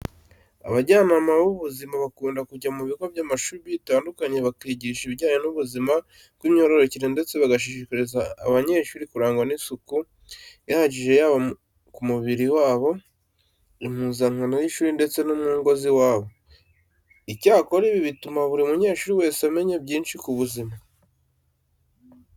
Abajyanama b'ubuzima bakunda kujya mu bigo by'amashuri bitandukanye bakabigisha ibijyanye n'ubuzima bw'imyororokere ndetse bagashishikariza aba banyeshuri kurangwa n'isuku ihagije yaba ku mubiri wabo, impuzankano y'ishuri ndetse no mu ngo z'iwabo. Icyakora, ibi bituma buri munyeshuri wese amemya byinshi ku buzima.